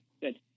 Good